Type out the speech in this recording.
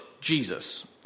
Jesus